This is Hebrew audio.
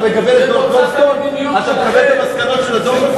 אתה מדבר על המסקנות של הדוח,